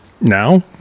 Now